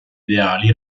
ideali